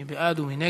מי בעד ומי נגד?